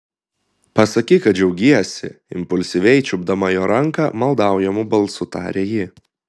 pasakyk kad džiaugiesi impulsyviai čiupdama jo ranką maldaujamu balsu tarė ji